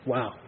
Wow